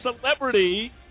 celebrity